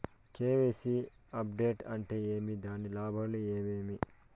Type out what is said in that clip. KYC update అంటే ఏమి? దాని లాభాలు ఏమేమి?